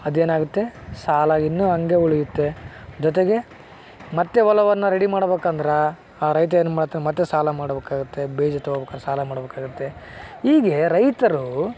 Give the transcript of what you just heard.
ಅದೇನಾಗುತ್ತೆ ಸಾಲ ಇನ್ನು ಹಂಗೆ ಉಳಿಯುತ್ತೆ ಜೊತೆಗೆ ಮತ್ತೆ ಹೊಲವನ್ನ ರೆಡಿ ಮಾಡ್ಬೇಕಂದ್ರೆ ಆ ರೈತ ಏನು ಮಾಡ್ತಾನೆ ಮತ್ತೆ ಸಾಲ ಮಾಡಬೇಕಾಗುತ್ತೆ ಬೀಜ ತೊಗೊಬೇಕಾದರೆ ಸಾಲ ಮಾಡಬೇಕಾಗುತ್ತೆ ಹೀಗೆ ರೈತರು